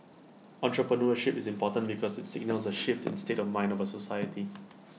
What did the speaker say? entrepreneurship is important because IT signals A shift in state of mind of A society